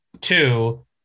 two